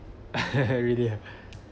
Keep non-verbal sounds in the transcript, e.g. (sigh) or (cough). uh (laughs) really